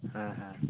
ᱦᱮᱸ ᱦᱮᱸ